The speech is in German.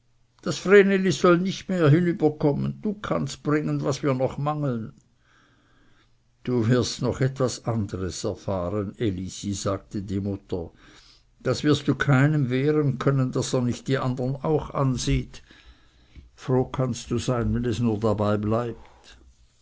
vreneli soll nicht mehr hinüberkommen du kannst bringen was wir noch mangeln du wirst noch etwas anderes erfahren elisi sagte die mutter das wirst du keinem wehren können daß er nicht die andern auch ansieht froh kannst sein wenn es nur dabei bleibt